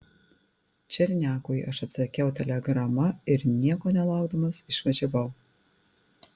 černiakui aš atsakiau telegrama ir nieko nelaukdamas išvažiavau